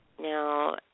Now